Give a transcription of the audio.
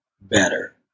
better